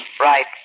Right